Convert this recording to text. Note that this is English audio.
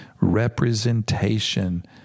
representation